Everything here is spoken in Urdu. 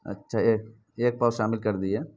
اچھا ایک ایک پاؤ شامل کر دیجیے